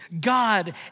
God